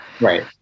right